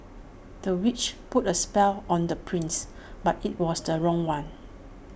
the witch put A spell on the prince but IT was the wrong one